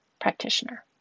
practitioner